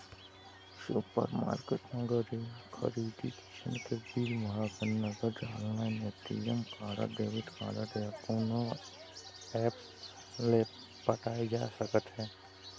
super बजार म खरीदे जिनिस के बिल ह नगद, online, ATM card, credit card या कोनो ऐप्स ले पटाए जा सकत हे